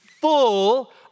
full